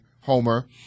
homer